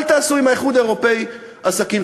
אל תעשו עם האיחוד האירופי עסקים,